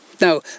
Now